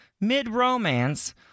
mid-romance